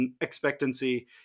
expectancy